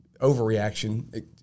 overreaction